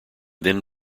then